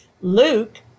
Luke